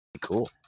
Cool